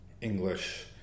English